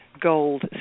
Gold